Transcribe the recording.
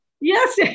Yes